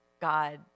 god